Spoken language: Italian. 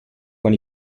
con